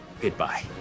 goodbye